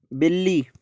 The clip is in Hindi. बिल्ली